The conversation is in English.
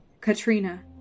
Katrina